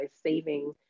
saving